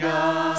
God